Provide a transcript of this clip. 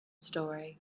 story